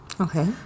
okay